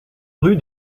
rue